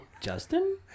Justin